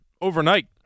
overnight